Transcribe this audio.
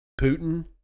Putin